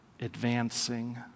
advancing